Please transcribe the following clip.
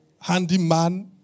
Handyman